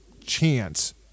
chance